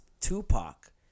Tupac